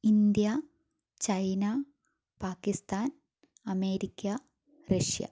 India China Pakistan America Russia